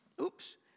oops